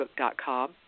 facebook.com